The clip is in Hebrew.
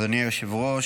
אדוני היושב-ראש,